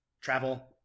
travel